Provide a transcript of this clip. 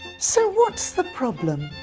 so what's the problem?